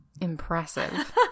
impressive